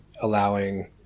Allowing